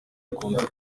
bakunze